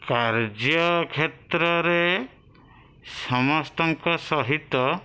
କାର୍ଯ୍ୟକ୍ଷେତ୍ରରେ ସମସ୍ତଙ୍କ ସହିତ